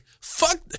Fuck